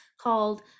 called